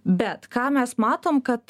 bet ką mes matome kad